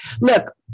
Look